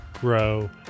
grow